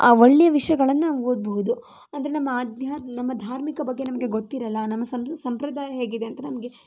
ಆ ಒಳ್ಳೆ ವಿಷಯಗಳನ್ನ ಓದ್ಬೋದು ಆದರೆ ನಮ್ಮ ಆಧ್ಯಾತ್ಮಿಕ ನಮ್ಮ ಧಾರ್ಮಿಕ ಬಗ್ಗೆ ಗೊತ್ತಿರೋಲ್ಲ ನಮ್ಮ ಸಂಪ್ರದಾಯ ಹೇಗಿರುತ್ತೆ ಅಂತ ನಮಗೆ